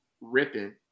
ripping